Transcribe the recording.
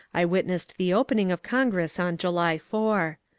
i witnessed the opening of congress on july four.